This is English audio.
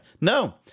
No